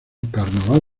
carnaval